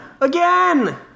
again